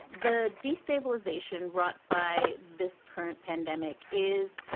the destabilisation wrought by this current pandemic is,